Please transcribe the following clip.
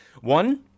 One